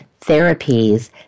therapies